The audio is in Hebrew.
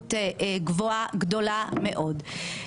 משמעות גדולה מאוד.